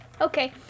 Okay